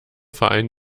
verein